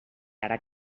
ara